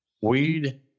weed